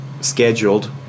scheduled